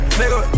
nigga